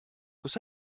kus